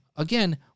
Again